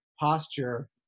posture